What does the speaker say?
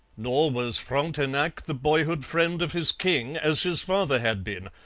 nor was frontenac the boyhood friend of his king as his father had been,